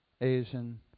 Asian